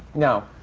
no.